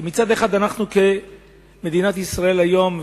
כי מצד אחד אנחנו כמדינת ישראל היום,